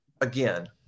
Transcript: again